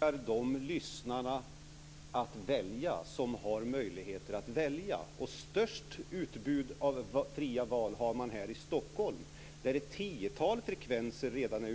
Fru talman! Ingen förvägrar de lyssnare att välja som har möjligheter att välja. Störst utbud och fritt val har man här i Stockholm, där ett tiotal frekvenser redan är